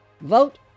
Vote